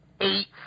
eight